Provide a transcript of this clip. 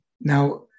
Now